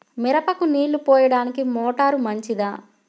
మిరపకు నీళ్ళు పోయడానికి మోటారు మంచిదా?